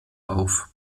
auf